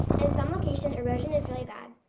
and some location, erosion is really bad.